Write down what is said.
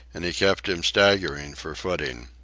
and he kept him staggering for footing.